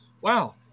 wow